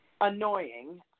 annoying